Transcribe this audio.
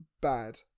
bad